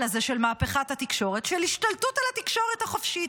הזה של מהפכת התקשורת של השתלטות על התקשורת החופשית.